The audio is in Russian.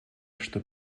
что